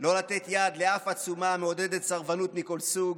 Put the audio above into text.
לא לתת יד לאף עצומה המעודדת סרבנות מכל סוג,